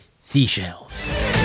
seashells